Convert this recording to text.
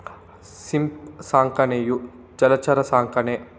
ಸಿಂಪಿ ಸಾಕಾಣಿಕೆಯು ಜಲಚರ ಸಾಕಣೆ